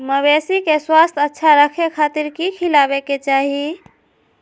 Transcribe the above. मवेसी के स्वास्थ्य अच्छा रखे खातिर की खिलावे के चाही?